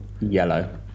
yellow